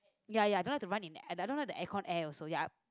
ya ya I don't like to run in I don't like the aircon air also ya